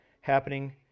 happening